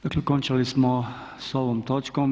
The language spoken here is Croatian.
Dakle okončali smo sa ovom točkom.